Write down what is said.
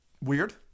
weird